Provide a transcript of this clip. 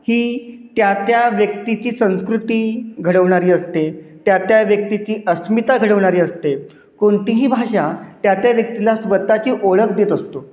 ही त्या त्या व्यक्तीची संस्कृती घडवणारी असते त्या त्या व्यक्तीची अस्मिता घडवणारी असते कोणतीही भाषा त्या त्या व्यक्तीला स्वतःची ओळख देत असतो